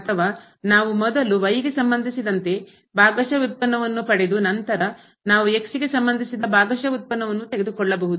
ಅಥವಾ ನಾವು ಮೊದಲು ಗೆ ಸಂಬಂಧಿಸಿದಂತೆ ಭಾಗಶಃ ವ್ಯುತ್ಪನ್ನವನ್ನು ಪಡೆದು ನಂತರ ನಾವು ಗೆ ಸಂಬಂಧಿಸಿದ ಭಾಗಶಃ ವ್ಯುತ್ಪನ್ನವನ್ನು ತೆಗೆದುಕೊಳ್ಳಬಹುದು